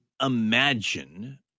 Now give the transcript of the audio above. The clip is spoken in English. imagine